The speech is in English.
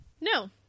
No